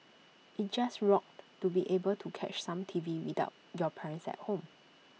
IT just rocked to be able to catch some T V without your parents at home